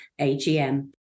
AGM